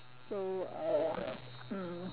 so uh mm